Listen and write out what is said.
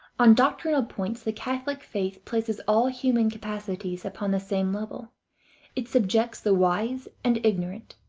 on doctrinal points the catholic faith places all human capacities upon the same level it subjects the wise and ignorant,